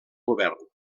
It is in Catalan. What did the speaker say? govern